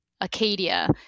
acadia